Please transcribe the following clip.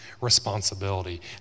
responsibility